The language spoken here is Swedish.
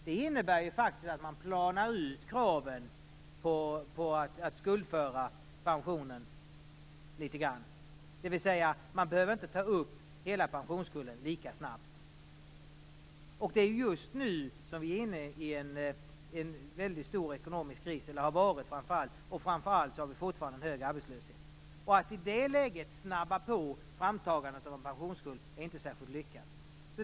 Det innebär att man litet grand planar ut kravet på att skuldföra pensionerna, dvs. att man inte behöver ta upp hela pensionsskulden lika snabbt. I ett läge när vi är inne i en stor ekonomisk kris och när vi framför allt fortfarande har en hög arbetslöshet är det inte särskilt lyckat att snabba på framtagandet av en pensionsskuld.